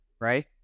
Right